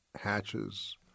hatches